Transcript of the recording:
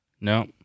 No